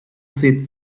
sit